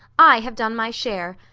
i have done my share.